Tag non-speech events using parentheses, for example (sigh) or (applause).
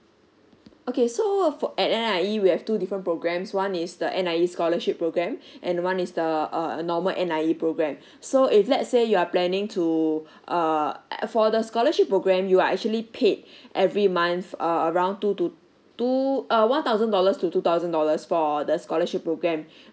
okay so fo~ at N_I_E we have two different programs one is the N_I_E scholarship program and one is the uh normal N_I_E program (breath) so if let's say you are planning to err for the scholarship program you are actually paid every month uh around two to two uh one thousand dollars to two thousand dollars for the scholarship program (breath)